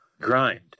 grind